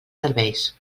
serveis